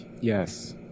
Yes